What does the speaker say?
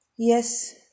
yes